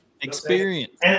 Experience